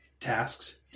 tasks